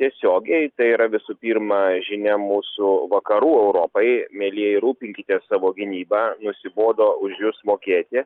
tiesiogiai tai yra visų pirma žinia mūsų vakarų europai mielieji rūpinkitės savo gynyba nusibodo už jus mokėti